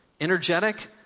energetic